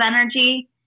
energy